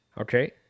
Okay